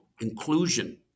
inclusion